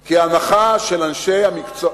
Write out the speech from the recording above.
כי ההנחה של אנשי המקצוע,